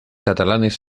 catalanes